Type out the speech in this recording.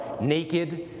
naked